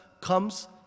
comes